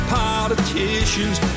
politicians